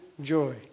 joy